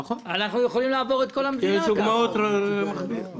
נכון, יש דוגמאות למכביר.